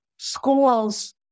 Schools